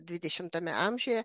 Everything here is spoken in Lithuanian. dvidešimtame amžiuje